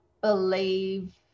believe